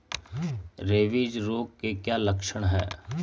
Rabies रोग के क्या लक्षण है?